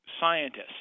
scientists